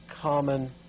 common